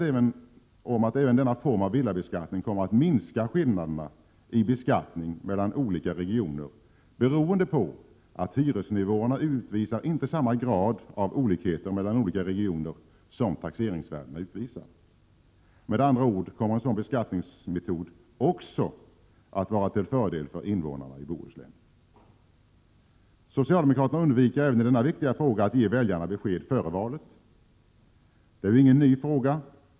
Vi är övertygade om att även denna form av villabeskattning kommer att minska skillnaderna i beskattning mellan olika regioner beroende på att hyresnivåerna inte utvisar samma grad av olikheter mellan olika regioner som taxeringsvärdena utvisar. En sådan beskattningsmetod skulle med andra ord också vara till fördel för invånarna i Bohuslän. Socialdemokraterna undviker även i denna viktiga fråga att ge väljarna besked före valet. Det är ingen ny fråga.